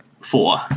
four